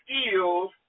skills